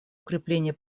укрепления